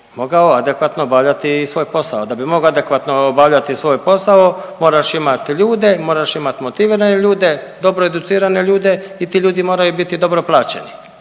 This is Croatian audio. mogao adekvatno obavljati i svoj posao, da bi mogao adekvatno obavljati svoj posao moraš imat ljude, moraš imat motivirane ljude, dobro educirane ljude i ti ljudi moraju biti dobro plaćeni.